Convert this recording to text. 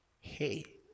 Hey